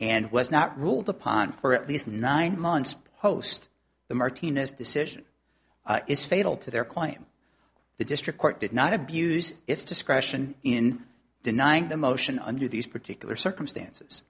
and was not ruled upon for at least nine months post the martina's decision is fatal to their claim the district court did not abuse its discretion in denying the motion under these particular circumstances